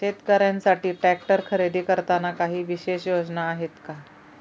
शेतकऱ्यांसाठी ट्रॅक्टर खरेदी करताना काही विशेष योजना आहेत का?